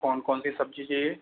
कौन कौन सी सब्जी चाहिए